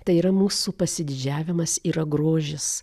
tai yra mūsų pasididžiavimas yra grožis